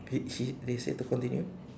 he he they say to continue